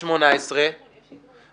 המושב מסתיים הלילה,